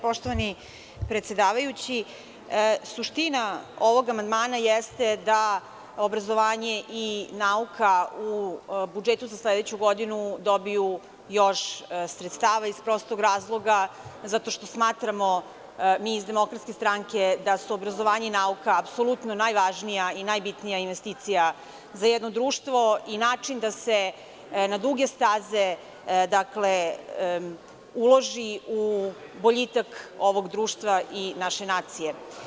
Poštovani predsedavajući, suština ovog amandmana jeste da obrazovanje i nauka u budžetu za sledeću godinu dobiju još sredstava iz prostog razloga što smatramo mi iz DS da su obrazovanje i nauka apsolutno najvažnija i najbitnija investicija za jedno društvo i način da se na duge staze uloži u boljitak ovog društva i naše nacije.